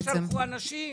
בגלל שהם לא שלחו אנשים.